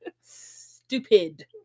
Stupid